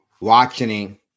watching